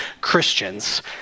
Christians